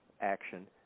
action